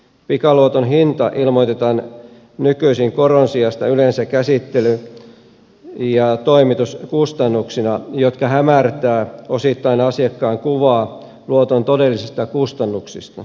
pikaluoton hinta ilmoitetaan nykyisin koron sijasta yleensä käsittely ja toimituskustannuksina jotka hämärtävät osittain asiakkaan kuvaa luoton todellisista kustannuksista